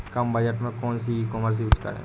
कम budget में कौन सी ई कॉमर्स यूज़ करें?